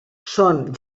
són